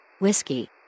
Whiskey